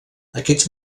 aquests